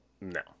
No